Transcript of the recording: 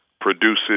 produces